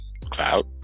Cloud